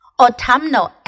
Autumnal